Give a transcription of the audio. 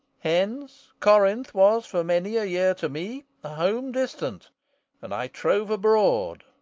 hence corinth was for many a year to me a home distant and i trove abroad,